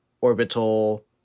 orbital